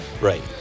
right